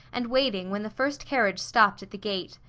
and waiting when the first carriage stopped at the gate.